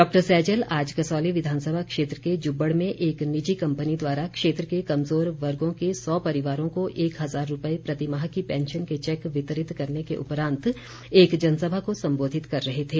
doctor Saizal आज कसौली विधानसभा क्षेत्र के जुब्बड़ में एक निजी कम्पनी द्वारा क्षेत्र के कमजोर वर्गों के सौ परिवारों को एक हज़ार रूपए प्रतिमाह की पैंशन के चैक वितरित करने के उपरांत एक जनसभा को संबोधित कर रहे थे